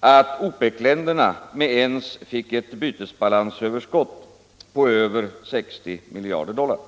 att OPEC-länderna med ens fick ett bytesbalansöverskott på över 60 miljarder dollar.